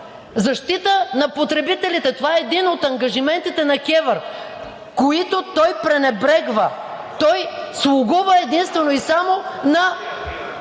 Защитата на потребителите – това е един от ангажиментите на КЕВР, които той пренебрегва. Той слугува единствено и само на